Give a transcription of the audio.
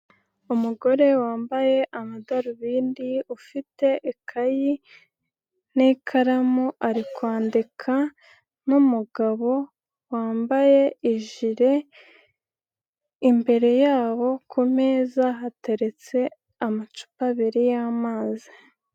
Umugore wambaye amadarubindi ufite ikayi n'ikaramu ari kwandika n'umugabo wambaye ijire, imbere yabo ku meza hateretse amacupa abiri y'amazi.